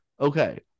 Okay